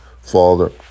Father